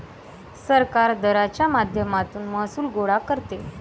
सरकार दराच्या माध्यमातून महसूल गोळा करते